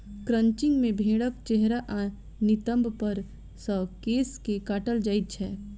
crutching मे भेंड़क चेहरा आ नितंब पर सॅ केश के काटल जाइत छैक